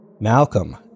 Malcolm